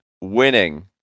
Winning